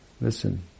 Listen